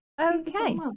Okay